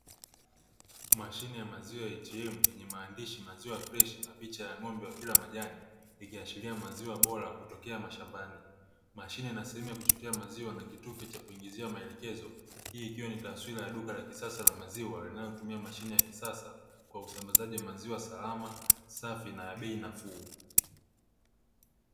Mashine ya maziwa "ATM" yenye maandishi maziwa fleshi na picha ya ng’ombe wakila majani, ikiashiria maziwa bora kutokea mashambani; mashine ina sehemu ya kuchotea maziwa na kitufe cha kuingizia maelekezo hii ikiwa ni taswira la duka la kisasa la maziwa linalotumia mashine ya kisasa kwa usambazaji wa maziwa safi, salama na ya bei nafuu.